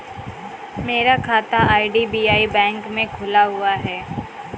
मेरा खाता IDBI bank में खुला हुआ है